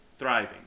Thriving